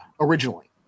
originally